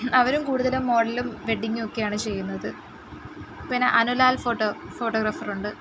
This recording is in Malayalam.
അവരും കൂടുതലും മോഡലും വെഡ്ഡിങ്ങും ഒക്കെയാണ് ചെയ്യുന്നത് പിനെ അനുലാൽ ഫോട്ടോ ഫോട്ടോഗ്രാഫർ ഉണ്ട്